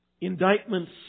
indictments